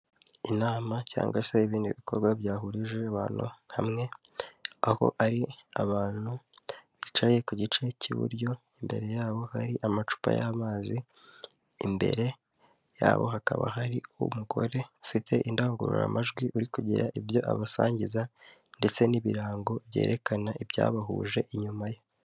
Inama cyangwa se ibindi bikorwa byahurije abantu hamwe, aho hari abantu bicaye ku gice cy'iburyo, imbere yabo hari amacupa y'amazi, imbere yabo hakaba hari umugore ufite indangururamajwi uri kugira ibyo abasangiza, ndetse n'ibirango byerekana ibyabahuje inyuma ye.